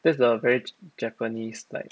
that's the very japanese like